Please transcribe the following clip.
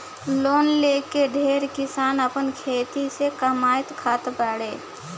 loan लेके ढेरे किसान आपन खेती से कामात खात बाड़े